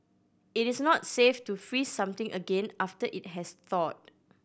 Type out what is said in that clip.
it is not safe to freeze something again after it has thawed